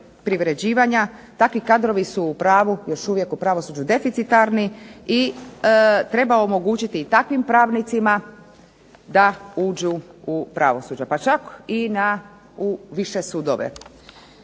privređivanja. Takvi kadrovi su u pravu još uvijek u pravosuđu deficitarni i treba omogućiti i takvim pravnicima da uđu u pravosuđe, pa čak i u više sudove.